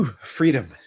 freedom